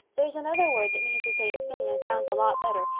there's another word that means the same thing and sounds a lot better,